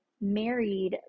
married